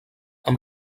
amb